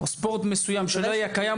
או בספורט מסוים שלא היה קיים,